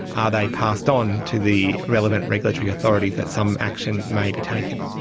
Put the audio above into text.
are they passed on to the relevant regulatory authority that some action may be taken?